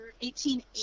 1880